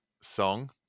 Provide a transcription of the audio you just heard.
song